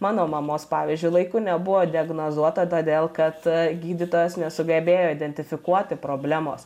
mano mamos pavyzdžio laiku nebuvo diagnozuota todėl kad gydytojas nesugebėjo identifikuoti problemos